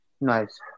Nice